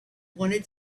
wanted